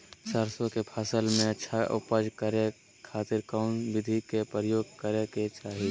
सरसों के फसल में अच्छा उपज करे खातिर कौन विधि के प्रयोग करे के चाही?